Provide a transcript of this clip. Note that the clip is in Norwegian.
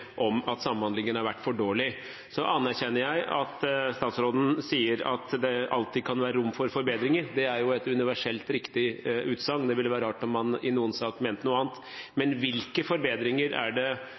om at samhandlingen har vært for dårlig. Jeg anerkjenner at statsråden sier at det alltid kan være rom for forbedringer. Det er jo et universelt riktig utsagn, det ville være rart om man i noen sak mente noe annet.